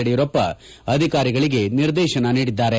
ಯಡಿಯೂರಪ್ಪ ಅಧಿಕಾರಿಗಳಿಗೆ ನಿರ್ದೇಶನ ನೀಡಿದ್ದಾರೆ